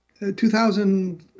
2000